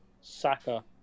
Saka